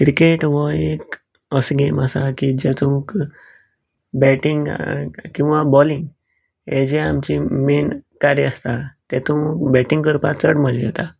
cricket हो एक असो गेम आसा की जातूंत बॅटींग किंवां बॉलींग हे जें आमचें मेन कार्य आसता तेतूंत बॅटींग करपाक चड मजा येता